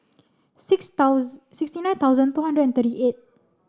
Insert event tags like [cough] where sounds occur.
six [unintelligible] sixty nine thousand two hundred and thirty eight